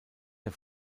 der